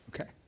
Okay